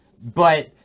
but-